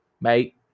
mate